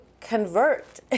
convert